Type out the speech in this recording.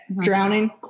Drowning